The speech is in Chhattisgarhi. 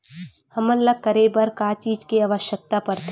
हमन ला करे बर का चीज के आवश्कता परथे?